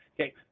okay